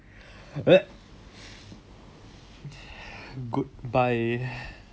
good bye